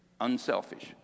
Unselfish